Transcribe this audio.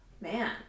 man